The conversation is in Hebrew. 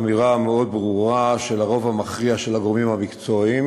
אמירה מאוד ברורה של הרוב המכריע של הגורמים המקצועיים